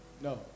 no